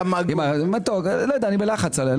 לא יודע, אני בלחץ עליה.